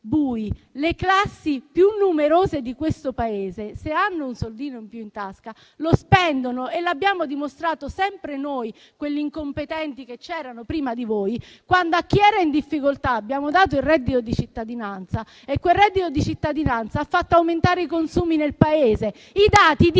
bui. Le classi più numerose di questo Paese, se hanno un soldino in più in tasca, lo spendono e l'abbiamo dimostrato sempre noi, quelli incompetenti che c'erano prima di voi, quando a chi era in difficoltà abbiamo dato il reddito di cittadinanza e quel reddito di cittadinanza ha fatto aumentare i consumi nel Paese. I dati